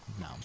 no